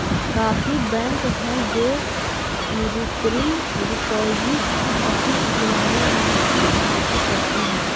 काफी बैंक हैं जो की रिकरिंग डिपॉजिट अकाउंट खुलवाने में आपकी सहायता करते हैं